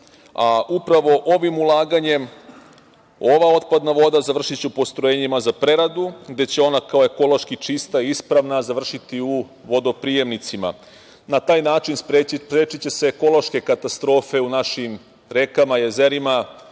Upravo ovim ulaganjem ova otpadna voda završiće u postrojenjima za preradu, gde će ona kao ekološki čista i ispravna završiti u vodoprijemnicima. Na taj način sprečiće se ekološke katastrofe u našim rekama, jezerima,